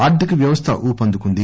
ఆర్థిక వ్యవస్థ ఊపందుకుంది